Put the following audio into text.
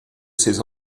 ces